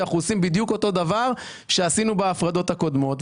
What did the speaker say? שאנחנו עושים בדיוק אותו הדבר שעשינו בהפרדות הקודמות.